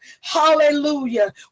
hallelujah